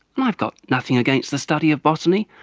i've got nothing against the study of botany,